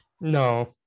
No